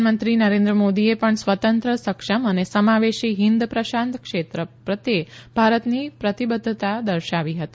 પ્રધાનમંત્રી નરેન્દ્ર મોદીએ પણ સ્વતંત્ર સક્ષમ અને સમાવેશી હિંદ પ્રશાંત ક્ષેત્ર પ્રત્યે ભારતની પ્રતિબધ્ધતા દર્શાવી છે